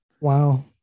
wow